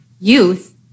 youth